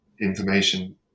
information